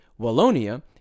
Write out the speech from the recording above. Wallonia